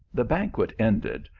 the banquet ended,